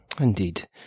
Indeed